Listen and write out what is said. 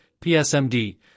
PSMD